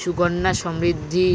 Sukanya Samriddhi